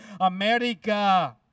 America